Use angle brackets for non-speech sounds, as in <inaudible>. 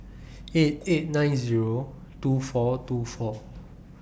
<noise> eight eight nine Zero two four two four